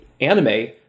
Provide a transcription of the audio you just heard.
anime